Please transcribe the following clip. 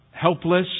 helpless